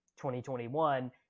2021